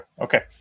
Okay